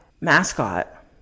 mascot